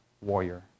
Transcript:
warrior